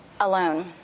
alone